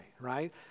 right